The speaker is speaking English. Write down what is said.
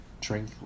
drink